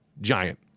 giant